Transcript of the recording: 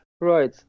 Right